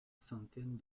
centaine